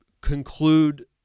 conclude